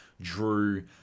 Drew